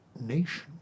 nation